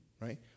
right